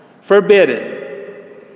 forbidden